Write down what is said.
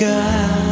God